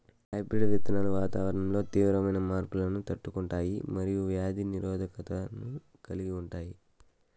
hybrid విత్తనాలు వాతావరణంలో తీవ్రమైన మార్పులను తట్టుకుంటాయి మరియు వ్యాధి నిరోధకతను కలిగి ఉంటాయి